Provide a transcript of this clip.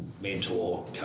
mentor